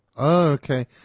Okay